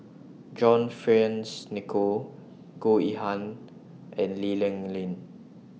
John Fearns Nicoll Goh Yihan and Lee Ling Yen